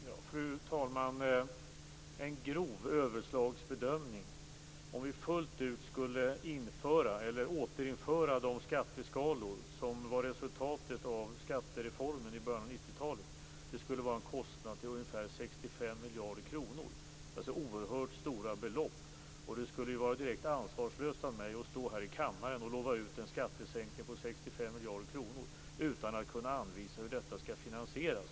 Fru talman! En grov överslagsbedömning: Om vi fullt ut återinförde de skatteskalor som var resultatet av skattereformen i början av 90-talet skulle kostnaden bli ungefär 65 miljarder kronor, alltså ett oerhört stort belopp. Det skulle vara direkt ansvarslöst av mig att här i kammaren lova ut en skattesänkning på 65 miljarder kronor utan att kunna anvisa hur detta skall finansieras.